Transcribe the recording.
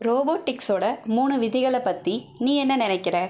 ரோபோட்டிக்ஸோட மூன்று விதிகளைப் பற்றி நீ என்ன நினைக்கற